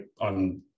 on